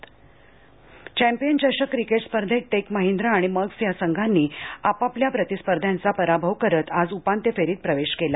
champion चषक cricket champion चषक cricket स्पर्धेत टेक महीद्रा आणि मर्क्स या संघांनी आपापल्या प्रतिस्पर्ध्यांचा पराभव करत उपांत्य फेरीत प्रवेश केला